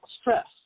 stress